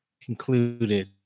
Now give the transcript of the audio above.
concluded